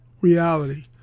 reality